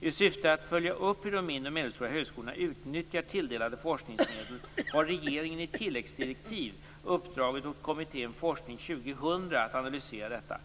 I syfte att följa upp hur de mindre och medelstora högskolorna utnyttjar tilldelade forskningsmedel har regeringen i tilläggsdirektiv uppdragit åt kommittén Forskning 2000 att analysera detta.